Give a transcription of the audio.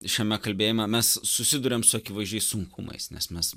šiame kalbėjime mes susiduriam su akivaizdžiais sunkumais nes mes